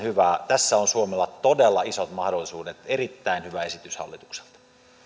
hyvä tässä on suomella todella isot mahdollisuudet erittäin hyvä esitys hallitukselta